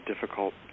difficult